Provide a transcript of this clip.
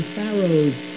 Pharaoh's